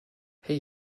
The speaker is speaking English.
hey